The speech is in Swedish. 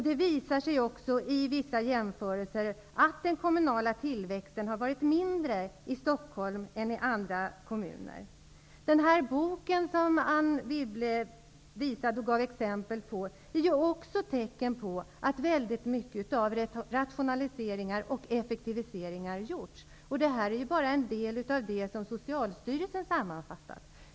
Det har visat sig i vissa jämförelser att den kommunala tillväxten har varit mindre i Stockholm än i andra kommuner. De exempel Anne Wibble tog ur en bok är också tecken på att mycket har gjorts i form av rationaliseringar och effektiviseringar. Vad Socialdepartementet har sammanfattat är bara en del.